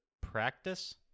practice